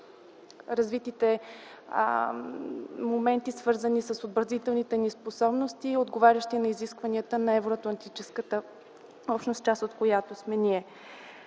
развитите моменти, свързани с отбранителните ни способности, отговарящи на изискванията на Евроатлантическата общност, част от която сме ние.